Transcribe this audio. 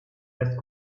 just